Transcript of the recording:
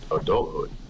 adulthood